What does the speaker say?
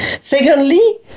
Secondly